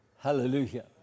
Hallelujah